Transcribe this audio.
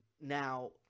Now